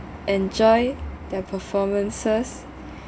enjoy their performances